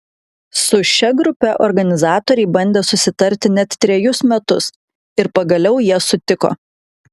su šia grupe organizatoriai bandė susitarti net trejus metus ir pagaliau jie sutiko